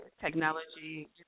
technology